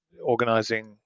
organizing